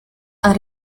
are